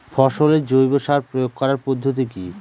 ফসলে জৈব সার প্রয়োগ করার পদ্ধতি কি?